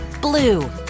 blue